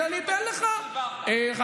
שר האוצר, איך זה בא לידי ביטוי בתקציב 2024?